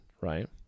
right